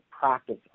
practice